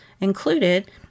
included